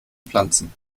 pflanzen